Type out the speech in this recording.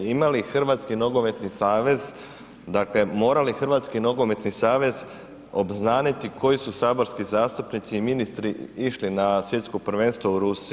Ima li Hrvatski nogometni savez, dakle mora li Hrvatski nogometni savez obznaniti koji su saborski zastupnici i ministri išli na Svjetsko prvenstvo u Rusiji?